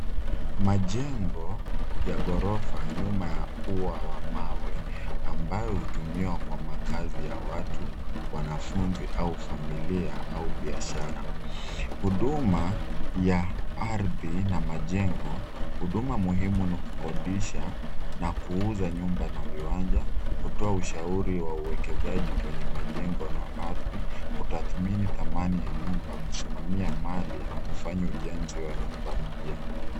Majengo ya ghorofa nyuma ya ua wa mawe ambayo hutumiwa kwa makazi ya watu, wanafunzi au familia au biashara. Huduma ya ardhi na majengo, huduma muhimu ni kukodisha na kuuza nyumba na viwanja, kutoa ushauri wa uwekezaji kwenye majengo na ardhi, kutathmini thamani ya nyumba, kusimamia mali na kufanya ujenzi wa nyumba pia.